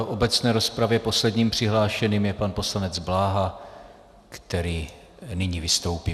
V obecné rozpravě posledním přihlášeným je pan poslanec Bláha, který nyní vystoupí.